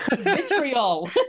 vitriol